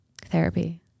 Therapy